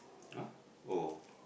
ah oh